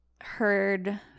heard